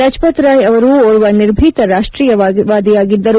ಲಜಪತ್ರಾಯ್ ಅವರು ಓರ್ವ ನಿರ್ಭೀತ ರಾಷ್ಟೀಯವಾದಿಯಾಗಿದ್ದರು